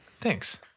Thanks